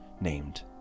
named